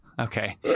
Okay